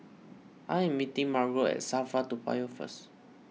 I am meeting Margo at SafraToa Payoh first